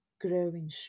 growing